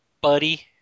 Buddy